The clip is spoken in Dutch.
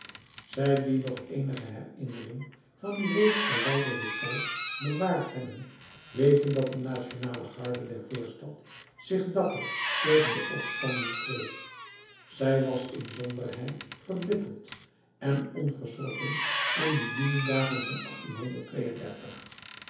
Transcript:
zij die nog eenige herinnering van dien reeds verwijderden tijd bewaard hebben weten dat de nationale garde der voorstad zich dapper tegen de opstanden kweet zij was inzonderheid verbitterd en onverschrokken in de junidagen van